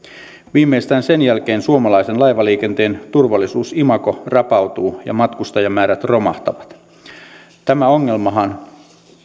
viimeistään sen jälkeen suomalaisen laivaliikenteen turvallisuus imago rapautuu ja matkustajamäärät romahtavat tämä ongelmahan